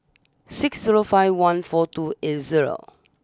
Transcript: six zero five one four two eight zero